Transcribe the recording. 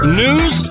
news